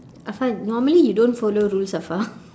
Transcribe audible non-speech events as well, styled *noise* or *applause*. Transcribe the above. afar normally you don't follow rules afar *laughs*